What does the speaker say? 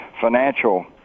financial